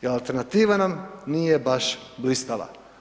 Jer alternativa nam nije baš blistava.